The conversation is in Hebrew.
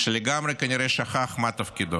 שכנראה שכח לגמרי